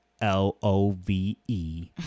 l-o-v-e